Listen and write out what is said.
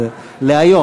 להיום.